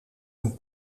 een